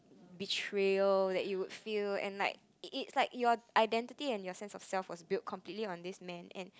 betrayal that you would feel and like it it's like you're identity and your sense of self was completely built on this man and